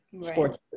sports